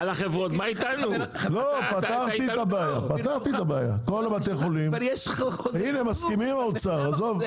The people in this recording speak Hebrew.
כל בתי החולים, הנה, מסכימים האוצר.